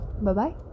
Bye-bye